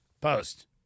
Post